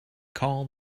call